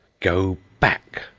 go back!